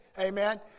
Amen